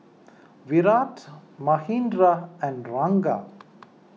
Virat Manindra and Ranga